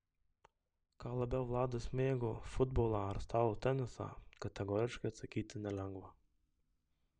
ką labiau vladas mėgo futbolą ar stalo tenisą kategoriškai atsakyti nelengva